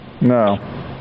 No